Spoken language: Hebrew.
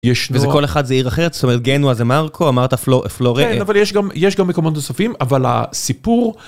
יש לכל אחד זה עיר אחרת סולגנוע זה מרקו אמרת פלו פלו ריין אבל יש גם יש גם מקומות נוספים אבל הסיפור.